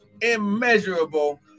immeasurable